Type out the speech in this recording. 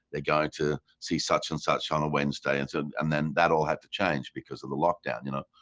they go to see such an such on wednesday and and and then that all had to change because of the lockdown. you know,